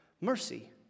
mercy